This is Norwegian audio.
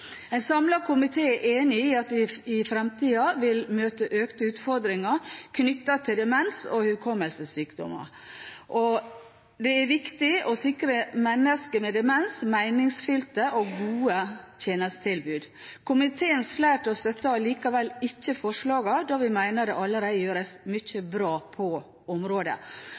En samlet komité er enig i at vi i fremtiden vil møte økte utfordringer knyttet til demens- og hukommelsessykdommer, og at det er viktig å sikre mennesker med demens meningsfylte og gode tjenestetilbud. Komiteens flertall støtter allikevel ikke forslagene, da vi mener det allerede gjøres mye bra på området.